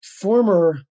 former